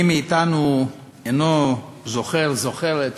מי מאתנו אינו זוכר, זוכרת,